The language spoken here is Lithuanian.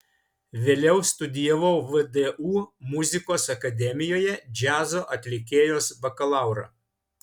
vėliau studijavau vdu muzikos akademijoje džiazo atlikėjos bakalaurą